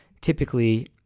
typically